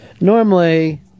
Normally